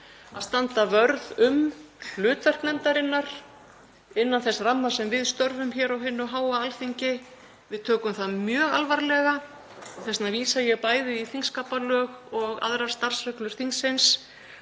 að standa vörð um hlutverk nefndarinnar innan þess ramma sem við störfum undir hér á hinu háa Alþingi. Við tökum það mjög alvarlega. Þess vegna vísa ég bæði í þingskapalög og aðrar starfsreglur þingsins.